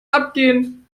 abgehen